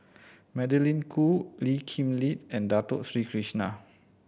Magdalene Khoo Lee Kip Lin and Dato Sri Krishna